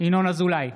ינון אזולאי,